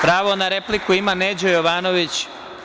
Pravo na repliku ima Neđo Jovanović.